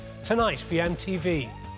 TonightVMTV